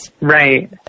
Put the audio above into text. Right